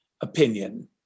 opinion